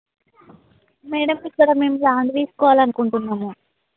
madam ఇక్కడ మేము flat తీసుకోవాలి అనుకుంటున్నాము